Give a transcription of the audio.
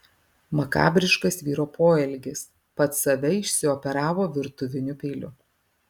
makabriškas vyro poelgis pats save išsioperavo virtuviniu peiliu